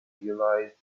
realized